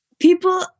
People